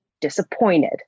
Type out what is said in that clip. disappointed